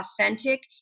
authentic